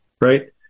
right